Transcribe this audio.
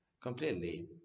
completely